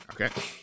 Okay